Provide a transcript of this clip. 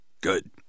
Good